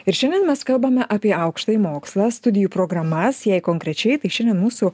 ir šiandien mes kalbame apie aukštąjį mokslą studijų programas jei konkrečiai tai šiandien mūsų